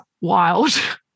wild